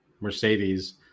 Mercedes